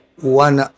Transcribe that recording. One